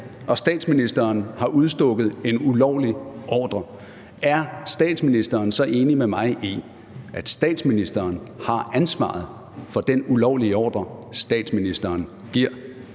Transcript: og statsministeren har udstukket en ulovlig ordre, er statsministeren så enig med mig i, at statsministeren har ansvaret for den ulovlige ordre, statsministeren giver?